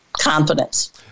confidence